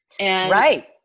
Right